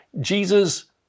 Jesus